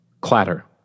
Clatter